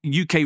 UK